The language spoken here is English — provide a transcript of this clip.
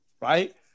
right